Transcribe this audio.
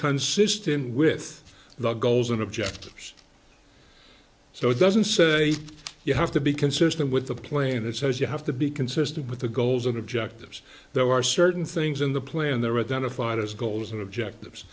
consistent with the goals and objectives so it doesn't say you have to be consistent with a plane that says you have to be consistent with the goals and objectives there are certain things in the plan there are then a fight as goals and objectives